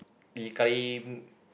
Lee Karim